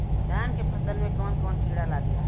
धान के फसल मे कवन कवन कीड़ा लागेला?